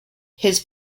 his